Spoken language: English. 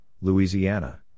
Louisiana